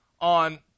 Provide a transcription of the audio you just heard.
on